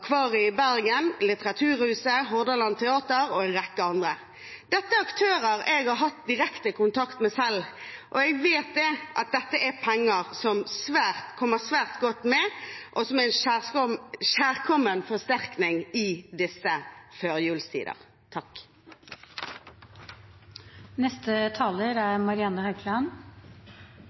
Litteraturhuset i Bergen, Hordaland Teater og en rekke andre. Dette er aktører jeg har hatt direkte kontakt med, og jeg vet at dette er penger som kommer svært godt med, og som er en kjærkommen forsterkning i disse